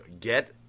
get